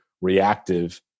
reactive